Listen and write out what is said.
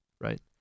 right